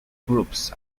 groups